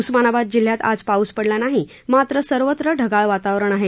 उस्मानाबाद जिल्ह्यात आज पाऊस पडला नाही मात्र सर्वत्र ढगाळ वातावरण आहे